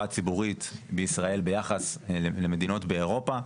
הציבורית בישראל ביחס למדינות באירופה.